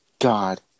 God